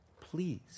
Please